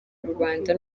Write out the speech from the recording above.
rubanda